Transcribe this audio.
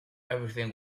everything